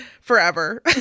forever